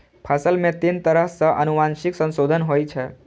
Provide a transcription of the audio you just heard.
फसल मे तीन तरह सं आनुवंशिक संशोधन होइ छै